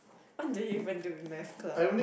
what do you even do in math club